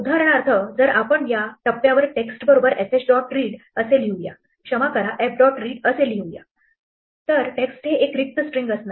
उदाहरणार्थ जर आपण या टप्प्यावर text बरोबर fh dot read असे लिहूया क्षमा करा f dot read असे लिहूया तर text हे रिक्त स्ट्रिंग असणार